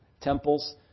temples